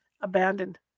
Abandoned